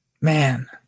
Man